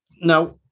now